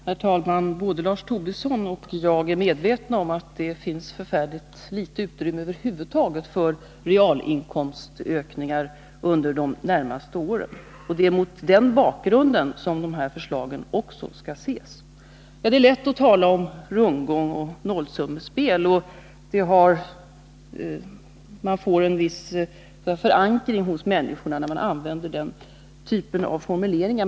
Herr talman! Både Lars Tobisson och jag är medvetna om att det över huvud taget finns väldigt litet utrymme för realinkomstökningar de närmaste åren. Det är också mot den bakgrunden som dessa förslag skall ses. Det är lätt att tala om rundgång och nollsummespel. Det ger en viss förankring hos människor när man använder sådana formuleringar.